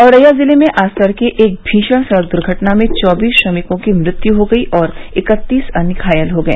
औरैया जिले में आज तड़के एक भीषण सड़क द्र्घटना में चौबीस श्रमिकों की मृत्यु हो गई और इकत्तीस अन्य घायल हो गए